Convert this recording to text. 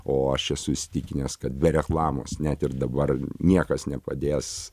o aš esu įsitikinęs kad be reklamos net ir dabar niekas nepadės